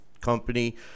Company